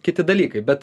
kiti dalykai bet